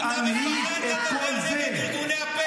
תשאירי לי לטפל בזה.